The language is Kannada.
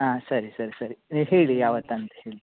ಹಾಂ ಸರಿ ಸರಿ ಸರಿ ನೀವು ಹೇಳಿ ಯಾವತ್ತಂತ ಹೇಳಿ